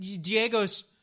Diego's